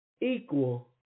equal